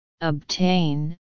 Obtain